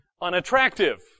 unattractive